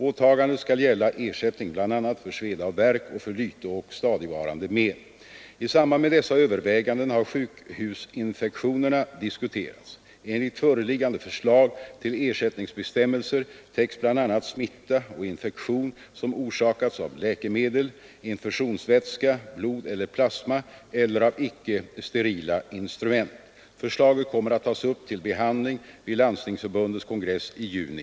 Åtagandet skall gälla ersättning bl.a. för sveda och värk och för lyte och stadigvarande men. I samband med dessa överväganden har även sjukhusinfektionerna diskuterats. Enligt föreliggande förslag till ersättningsbestämmelser täcks bl.a. smitta och infektion som orsakats av läkemedel, infusionsvätska, blod eller plasma eller av icke sterila instrument. Förslaget kommer att tas upp till behandling vid Landstingsförbundets kongress i juni.